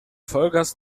vollgas